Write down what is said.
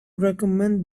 recommend